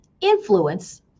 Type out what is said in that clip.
influence